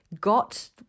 got